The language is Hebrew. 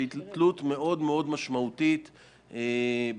שהיא תלות מאוד משמעותית בתמיכות,